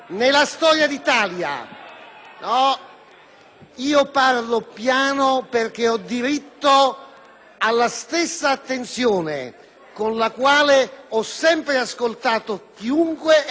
parlo piano perché ho diritto alla stessa attenzione con la quale ho sempre ascoltato chiunque e mi sono sempre comportato in quest'Aula.